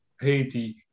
Haiti